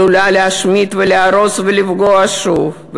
עלולה להשמיד ולהרוס ולפגוע שוב.